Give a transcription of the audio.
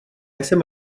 jsem